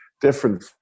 different